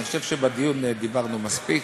אני חושב שבדיון דיברנו מספיק.